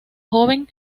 joven